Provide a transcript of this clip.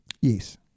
Yes